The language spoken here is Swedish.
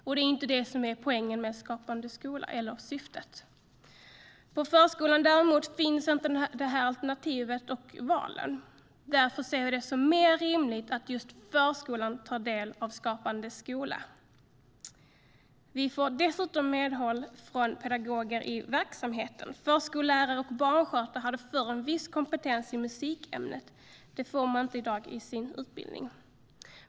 Och det är inte det som är poängen eller syftet med Skapande skola. SpelfrågorPå förskolan finns däremot inte de här alternativen och valen. Därför ser vi det som mer rimligt att förskolan tar del av Skapande skola. Vi får dessutom medhåll från pedagoger i verksamheten. Förskollärare och barnskötare hade förr en viss kompetens i musikämnet. Det får man inte i dag i sin utbildning.